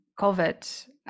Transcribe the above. COVID